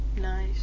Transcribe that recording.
nice